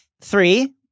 Three